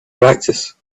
practice